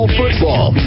football